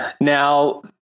Now